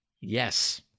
Yes